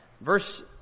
Verse